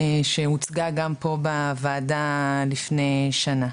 שהוצגה גם פה בוועדה לפני שנה.